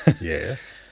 Yes